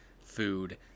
food